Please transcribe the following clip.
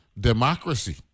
democracy